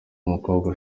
umukobwa